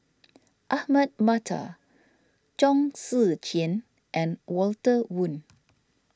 Ahmad Mattar Chong Tze Chien and Walter Woon